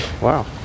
Wow